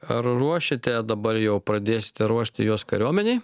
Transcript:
ar ruošėte dabar jau pradėsite ruošti juos kariuomenei